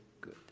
good